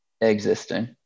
existing